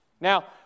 Now